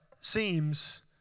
seems